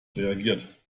reagiert